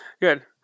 Good